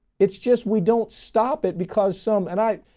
it's just we don't stop it because some and i,